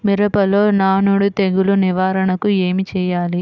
మిరపలో నానుడి తెగులు నివారణకు ఏమి చేయాలి?